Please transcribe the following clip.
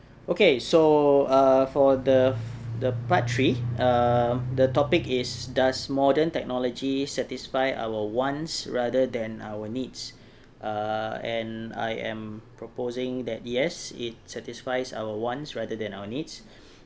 okay so err for the the part three err the topic is does modern technology satisfy our wants rather than our needs err and I am proposing that yes it satisfies our wants rather than our needs